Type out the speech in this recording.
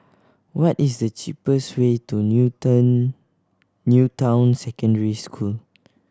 what is the cheapest way to New Town New Town Secondary School